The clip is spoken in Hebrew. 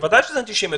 בוודאי שזו אנטישמיות,